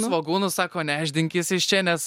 svogūnų sako nešdinkis iš čia nes